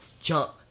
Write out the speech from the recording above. jump